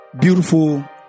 Beautiful